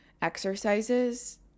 exercises